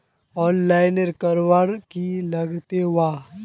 Online करवार की लगते वा?